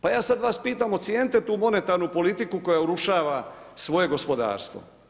Pa ja sad vas pitam, ocijenite tu monetarnu politiku koja urušava svoje gospodarstvo.